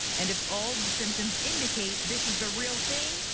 and if all the symptoms indicate this is the real thing,